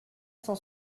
cent